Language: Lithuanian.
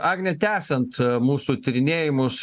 agne tęsiant a mūsų tyrinėjimus